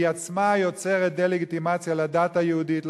שהיא עצמה יוצרת דה-לגיטימציה לדת היהודית,